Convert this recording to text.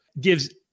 gives